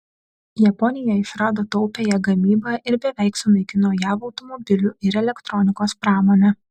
japonija išrado taupiąją gamybą ir beveik sunaikino jav automobilių ir elektronikos pramonę